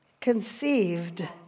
conceived